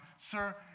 sir